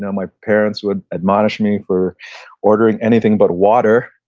yeah my parents would admonish me for ordering anything but water.